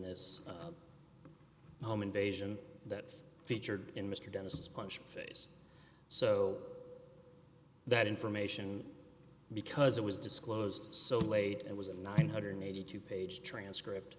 this home invasion that featured in mr dennis punched face so that information because it was disclosed so late it was a nine hundred and eighty two page transcript